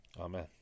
Amen